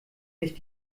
nicht